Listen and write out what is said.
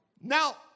Now